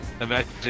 Imagine